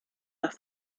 las